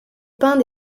peint